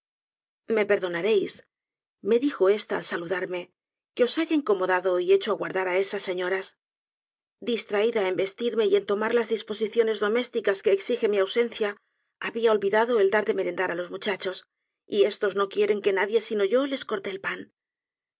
me perdonaréis me dijo esta al saludarme que os haya incomodado y hecho aguardar á esas señoras distraída en vestirme y en tomar las disposiciones domésticas que exige mi ausencia había olvidado el dar de merendar á los muchachos y estos no quieren que nadie sino yo les coríe el pan